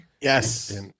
yes